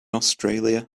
australia